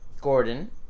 Gordon